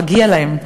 מגיע להם.